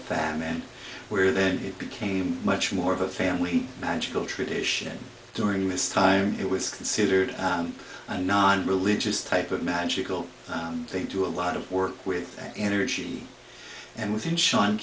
famine where then he became much more of a family magical tradition during this time it was considered a non religious type of magical they do a lot of work with energy and within